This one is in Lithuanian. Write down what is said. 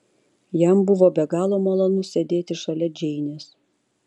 jam buvo be galo malonu sėdėti šalia džeinės